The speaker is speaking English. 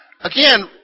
again